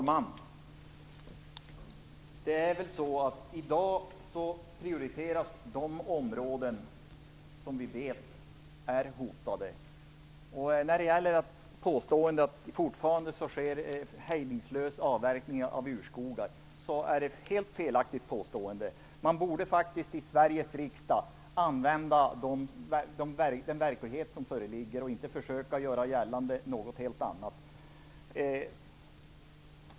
Fru talman! I dag prioriteras de områden som vi vet är hotade. Ni påstår att det fortfarande sker hejdlösa avverkningar av urskogar, men det är ett helt felaktigt påstående. Man borde faktiskt i Sveriges riksdag anknyta till den verklighet som föreligger och inte försöka göra gällande någonting helt annat.